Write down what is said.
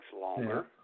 longer